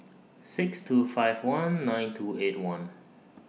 six two five one nine two eight one